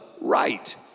right